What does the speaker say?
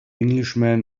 englishman